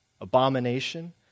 Abomination